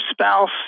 spouse